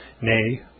nay